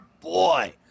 boy